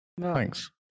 Thanks